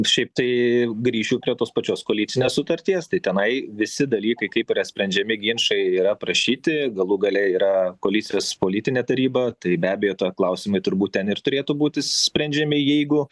šiaip tai grįšiu prie tos pačios koalicinės sutarties tai tenai visi dalykai kaip yra sprendžiami ginčai yra aprašyti galų gale yra koalicijos politinė taryba tai be abejo ta klausimai turbūt ten ir turėtų būti sprendžiami jeigu